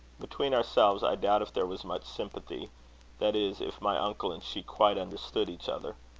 between ourselves, i doubt if there was much sympathy that is, if my uncle and she quite understood each other.